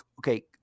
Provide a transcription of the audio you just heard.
Okay